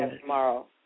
tomorrow